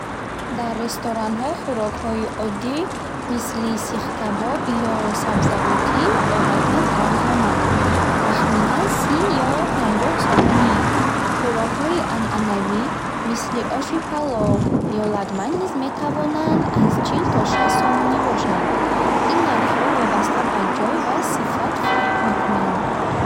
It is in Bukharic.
Дар ресторанҳо хӯрокҳои оддӣ мисли сихкабоб ё сабзавотӣ одатан арзонанд, тахминан сӣ ё панҷоҳ сомонӣ. Хӯрокҳои анъанавӣ мисли оши палов ё лагман низ метавонанд аз чил то шаст сомонӣ бошанд. Ин нархҳо вобаста ба ҷой ва сифат фарқ мекунанд.